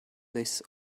this